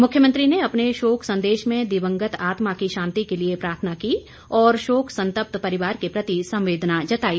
मुख्यमंत्री ने अपने शोक संदेश में दिवंगत आत्मा की शांति के लिए प्रार्थना की और शोक संतप्त परिवार के प्रति संवेदना जताई